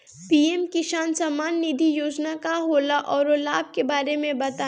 PM Kisan Samman Nidhi योजना का होला औरो लाभ के बारे में बताई?